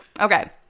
Okay